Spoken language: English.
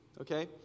okay